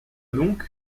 donc